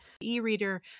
e-reader